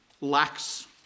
lacks